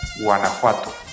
Guanajuato